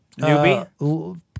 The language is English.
Newbie